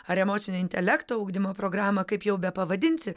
ar emocinio intelekto ugdymo programą kaip jau bepavadinsi